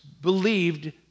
believed